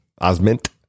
Osment